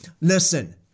listen